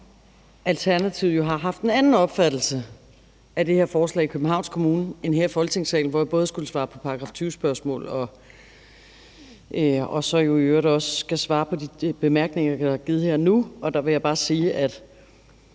Kommune jo har haft en anden opfattelse af det her forslag, end man har her i Folketingssalen, hvor jeg både har skullet svare på § 20-spørgsmål og jo så i øvrigt også har skullet svare på de korte bemærkninger, der er kommet her i dag. Der vil jeg bare sige, at